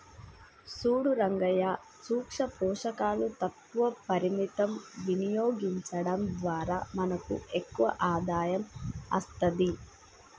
సూడు రంగయ్యా సూక్ష పోషకాలు తక్కువ పరిమితం వినియోగించడం ద్వారా మనకు ఎక్కువ ఆదాయం అస్తది